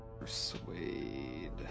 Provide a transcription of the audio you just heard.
Persuade